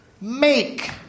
Make